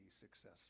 successful